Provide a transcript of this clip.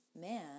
man